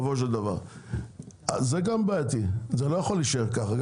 זה גם בעייתי, זה לא יכול להישאר ככה.